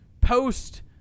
post